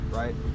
right